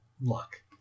luck